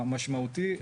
המשמעותי,